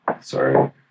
Sorry